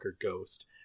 ghost